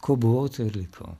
kuo buvau tuo ir likau